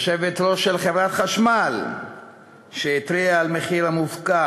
יושבת-ראש חברת החשמל שהתריעה על המחיר המופקע